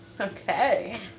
Okay